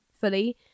fully